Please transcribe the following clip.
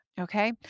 Okay